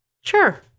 Sure